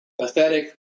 pathetic